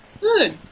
good